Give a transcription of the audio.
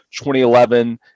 2011